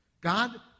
God